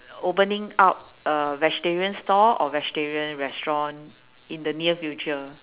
opening up a vegetarian store or vegetarian restaurant in the near future